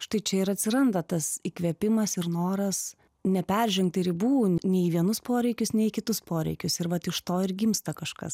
štai čia ir atsiranda tas įkvėpimas ir noras neperžengti ribų nei į vienus poreikius nei į kitus poreikius ir vat iš to ir gimsta kažkas